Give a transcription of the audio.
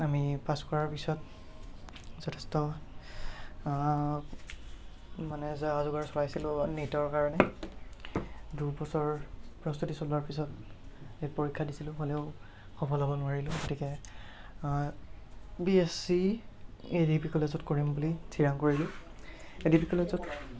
আমি পাছ কৰাৰ পিছত যথেষ্ট মানে যা যোগাৰ চলাইছিলোঁ নিটৰ কাৰণে দুবছৰ প্ৰস্তুতি চলোৱাৰ পিছত নিট পৰীক্ষা দিছিলোঁ হ'লেও সফল হ'ব নোৱাৰিলোঁ গতিকে B S C A D P কলেজত কৰিম বুলি থিৰাং কৰিলোঁ এ ডি পি কলেজত